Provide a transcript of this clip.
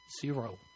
zero